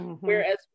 Whereas